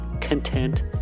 content